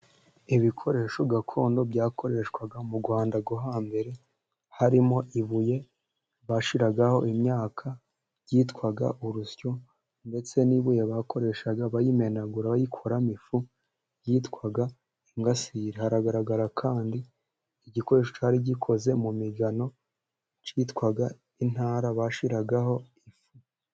Ibikoresho gakondo byakoreshwaga mu rwanda rwo hambere, harimo: ibuye, bashiragaho imyaka, ryitwaga urusyo, ndetse n'ibuye bakoreshaga bayimenagura bayikoramo ifu yitwaga ingasire. Haragaragara kandi igikoresho cyari gikoze mu migano cyitwaga intara bashiragaho ifu.